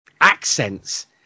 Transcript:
accents